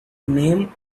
name